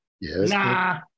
nah